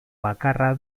bakarra